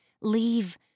leave